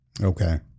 Okay